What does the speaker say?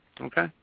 Okay